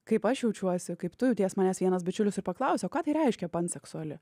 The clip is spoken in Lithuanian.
kaip aš jaučiuosi kaip tu jauties manęs vienas bičiulis ir paklausė o ką tai reiškia panseksuali